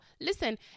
listen